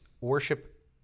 worship